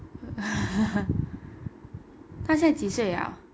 它现在几岁 liao